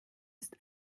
ist